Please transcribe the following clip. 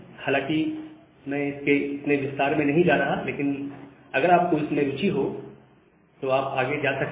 हालांकि मैं इसके इतने विस्तार में नहीं जा रहा लेकिन अगर आपको इसमें रूचि है तो आप आगे जा सकते हैं